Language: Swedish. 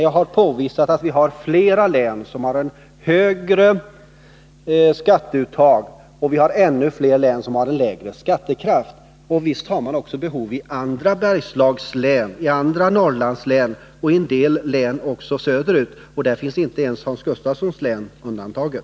Jag har påvisat att flera län har ett högre skatteuttag och ännu flera en lägre skattekraft än Värmland. Visst har man behov också i andra Bergslagslän, i andra Norrlandslän och i en del län också söder ut, inte ens Hans Gustafssons eget län undantaget.